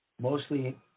mostly